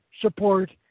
support